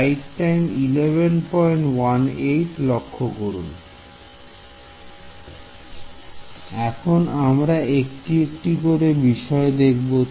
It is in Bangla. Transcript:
Student এখন আমরা একটি একটি করে বিষয় দেখব